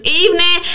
evening